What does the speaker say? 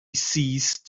ceased